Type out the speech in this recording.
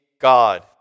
God